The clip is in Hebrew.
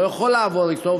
הוא לא יכול לעבור אתו,